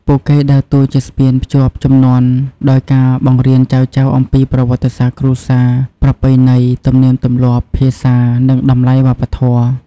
ពួកគេដើរតួជាស្ពានភ្ជាប់ជំនាន់ដោយការបង្រៀនចៅៗអំពីប្រវត្តិសាស្រ្តគ្រួសារ ប្រពៃណី ទំនៀមទម្លាប់ ភាសា និងតម្លៃវប្បធម៌។